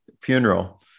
funeral